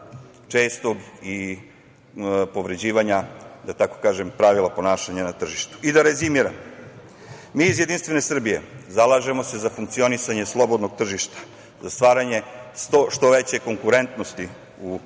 čestog povređivanja, da tako kažem, pravila ponašanja na tržištu. Da rezimiram, mi iz Jedinstvene Srbije zalažemo se za funkcionisanje slobodnog tržišta, za stvaranje što veće konkurentnosti u našoj